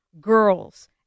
girls